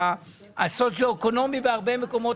המצב הסוציו-אקונומי השתנה בהרבה מקומות,